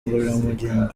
ngororangingo